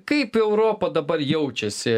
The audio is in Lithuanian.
kaip europa dabar jaučiasi